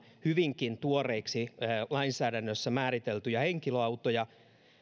hyvinkin tuoreiksi määriteltyjä henkilöautoja